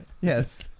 Yes